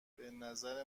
بنظر